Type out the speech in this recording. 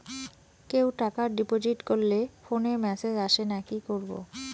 কেউ টাকা ডিপোজিট করলে ফোনে মেসেজ আসেনা কি করবো?